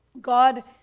God